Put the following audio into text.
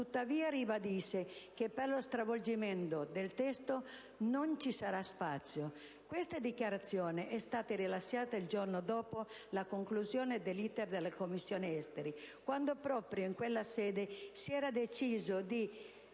tuttavia che «per lo stravolgimento del testo non ci sarà spazio». Questa dichiarazione è stata rilasciata il giorno dopo la conclusione dell'esame in Commissione affari esteri, quando proprio in quella sede si era deciso di